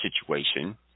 situation